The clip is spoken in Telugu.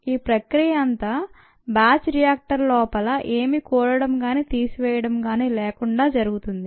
ఈ ప్రక్రియ అంతా బ్యాచ్ రియాక్టర్ లోపల ఏమి కూడటం కానీ తీసివేయడం కానీ లేకుండా జరుగుతుంది